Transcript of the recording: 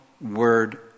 word